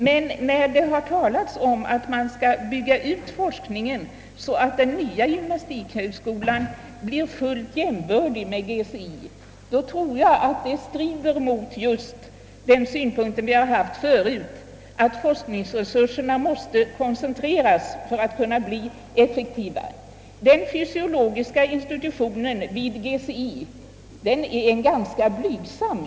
Men där det talas om att man skall bygga ut forskningen så, att den nya gymnastikhögskolan blir fullt jämbördig med GCI, strider det mot den åsikt som vi tidigare haft, att forsk ningsresurserna måste koncentreras om forskningen skall bli effektiv. Den fysiologiska institutionen vid GCI är ganska blygsam.